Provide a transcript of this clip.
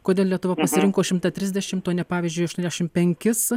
kodėl lietuva pasirinko šimtą trisdešim o ne pavyzdžiui aštuoniasdešim penkis